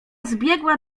zbiegła